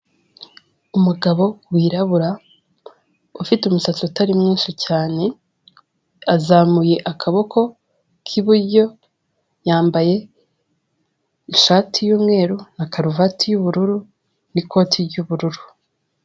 Umugabo wirabura ufite umusatsi utari mwinshi cyane, azamuye akaboko k'iburyo, yambaye ishati y'umweru, na karuvati y'ubururu, n'ikoti ry'ubururu.